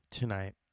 tonight